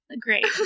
great